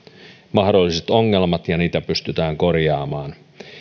mahdolliset ongelmat ja niitä pystytään korjaamaan